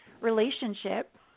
relationship